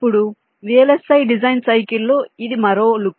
ఇప్పుడు VLSI design cycle లో ఇది మరో లుక్